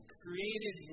created